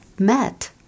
met